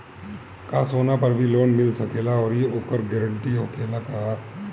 का सोना पर भी लोन मिल सकेला आउरी ओकर गारेंटी होखेला का?